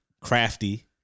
Crafty